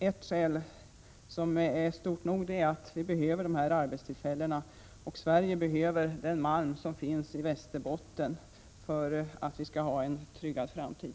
Ett skäl som är betydande nog är att vi behöver dessa arbetstillfällen, och Sverige behöver den malm som finns i Västerbotten för att ha en tryggad framtid.